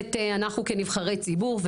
הכנסת אנחנו כנבחרי ציבור,